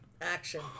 Action